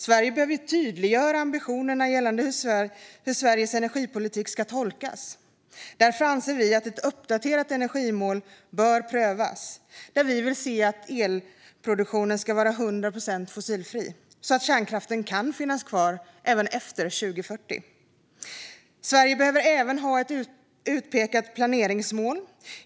Sverige behöver tydliggöra ambitionerna för hur svensk energipolitik ska tolkas. Därför anser vi att ett uppdaterat energimål bör prövas, i vilket vi vill se att elproduktionen ska vara 100 procent fossilfri. På så vis kan kärnkraften finnas kvar även efter 2040. Sverige behöver även ha ett utpekat planeringsmål.